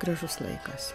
gražus laikas